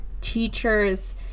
Teachers